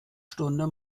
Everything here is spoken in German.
stunde